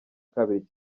kabiri